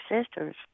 sisters